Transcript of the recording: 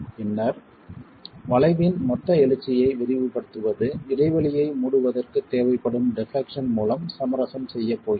பின்னர் வளைவின் மொத்த எழுச்சியை விரிவுபடுத்துவது இடைவெளியை மூடுவதற்குத் தேவைப்படும் டெப்லெக்சன் மூலம் சமரசம் செய்யப் போகிறது